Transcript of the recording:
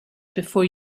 before